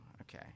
okay